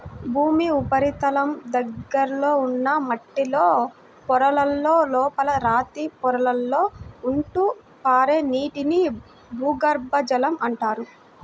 భూమి ఉపరితలం దగ్గరలో ఉన్న మట్టిలో పొరలలో, లోపల రాతి పొరలలో ఉంటూ పారే నీటిని భూగర్భ జలం అంటారు